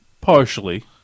partially